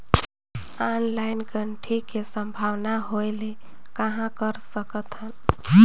Online ठगी के संभावना होय ले कहां कर सकथन?